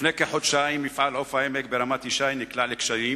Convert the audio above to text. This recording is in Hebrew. לפני כחודשיים מפעל "עוף העמק" ברמת-ישי נקלע לקשיים